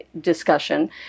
discussion